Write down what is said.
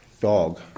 dog